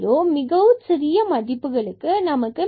40 மற்றும் மிகவும் சிறிய மதிப்புகளுக்கு x y 0